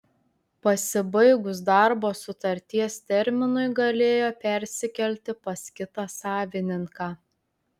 pasibaigus darbo sutarties terminui galėjo persikelti pas kitą savininką